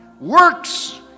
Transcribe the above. works